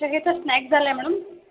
हे तर स्नॅक झालंय म्हणून